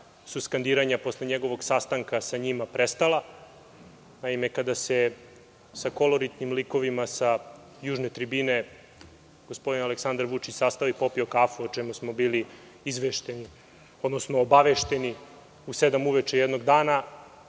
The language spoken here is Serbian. su skandiranja posle njegovog sastanka sa njima prestala. Naime, kada se sa koloritnim likovima sa južne tribine, gospodin Aleksandar Vučić sastao i popio kafu, o čemu smo bili obavešteni u sedam sati uveče jednog dana,